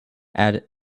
add